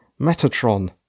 Metatron